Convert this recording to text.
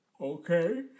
Okay